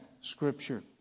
Scripture